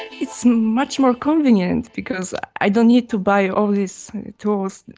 it's much more convenient because i don't need to buy all these tools,